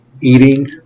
eating